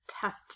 test